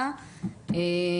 הפסיכיאטר אמר חד-משמעית,